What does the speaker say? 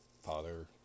father